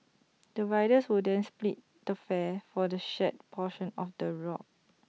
the riders will then split the fare for the shared portion of the rock